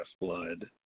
Blood